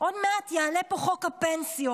עוד מעט יעלה פה חוק הפנסיות.